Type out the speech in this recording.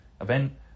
event